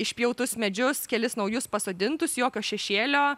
išpjautus medžius kelis naujus pasodintus jokio šešėlio